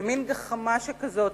במין גחמה שכזאת,